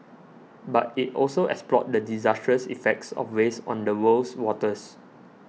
but it also explored the disastrous effects of waste on the world's waters